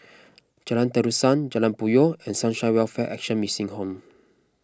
Jalan Terusan Jalan Puyoh and Sunshine Welfare Action Mission Home